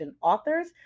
authors